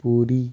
Puri